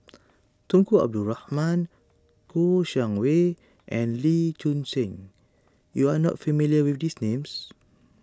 Tunku Abdul Rahman Kouo Shang Wei and Lee Choon Seng you are not familiar with these names